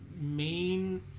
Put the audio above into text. main